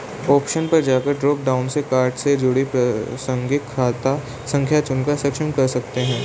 option पर जाकर drop down से कार्ड से जुड़ी प्रासंगिक खाता संख्या चुनकर सक्षम कर सकते है